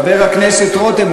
חבר הכנסת רותם,